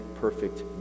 perfect